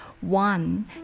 One